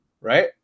right